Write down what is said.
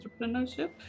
entrepreneurship